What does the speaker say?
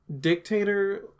dictator